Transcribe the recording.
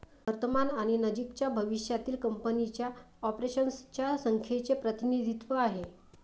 वर्तमान आणि नजीकच्या भविष्यातील कंपनीच्या ऑपरेशन्स च्या संख्येचे प्रतिनिधित्व आहे